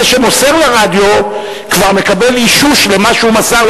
זה שמוסר לרדיו כבר מקבל אישוש למה שהוא מסר,